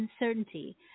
uncertainty